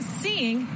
seeing